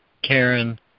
Karen